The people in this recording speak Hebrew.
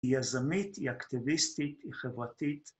‫היא יזמית, היא אקטיביסטית, ‫היא חברתית.